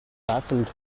baffled